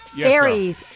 Aries